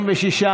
46,